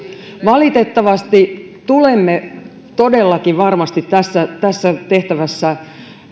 valitettavasti tulemme todellakin varmasti tässä tässä tehtävässä